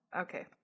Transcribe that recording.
Okay